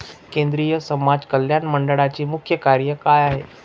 केंद्रिय समाज कल्याण मंडळाचे मुख्य कार्य काय आहे?